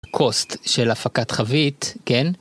cost של הפקת חבית כן.